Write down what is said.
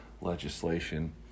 legislation